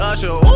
Usher